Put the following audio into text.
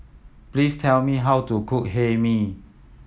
please tell me how to cook Hae Mee